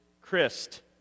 Christ